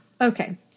Okay